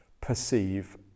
perceive